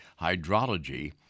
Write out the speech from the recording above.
Hydrology